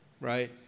right